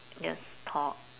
just talk